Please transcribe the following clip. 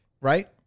right